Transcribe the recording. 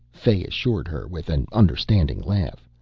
fay assured her with an understanding laugh.